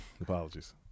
Apologies